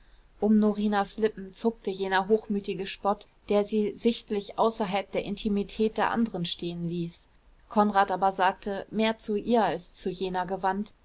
um norinas lippen zuckte jener hochmütige spott der sie sichtlich außerhalb der intimität der andern stehen ließ konrad aber sagte mehr zu ihr als zu jener gewandt